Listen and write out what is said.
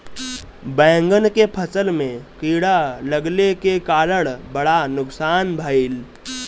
बैंगन के फसल में कीड़ा लगले के कारण बड़ा नुकसान भइल